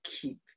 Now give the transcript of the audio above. keep